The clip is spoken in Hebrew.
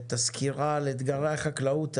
את הסקירה הכוללנית על אתגרי החקלאות,